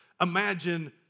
Imagine